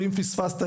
ואם פספסת,